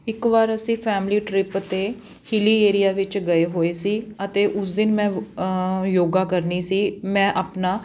ਇੱਕ ਵਾਰ ਅਸੀਂ ਫੈਮਲੀ ਟ੍ਰਿਪ 'ਤੇ ਹਿਲੀ ਏਰੀਆ ਵਿੱਚ ਗਏ ਹੋਏ ਸੀ ਅਤੇ ਉਸ ਦਿਨ ਮੈਂ ਵ ਯੋਗਾ ਕਰਨੀ ਸੀ ਮੈਂ ਆਪਣਾ